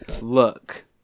Look